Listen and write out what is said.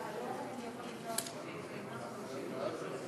לא אמרתי שקיבלת, אמרתי